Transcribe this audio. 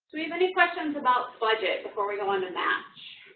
we have any questions about budget before we go on to match?